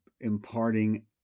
imparting